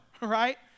right